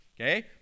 Okay